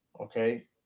okay